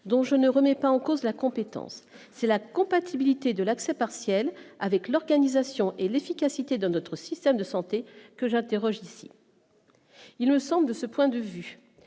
dont je ne remets pas en cause la compétence, c'est la compatibilité de l'accès partiel avec l'organisation et l'efficacité de notre système de santé que j'interroge ici il me semble, ce point de vue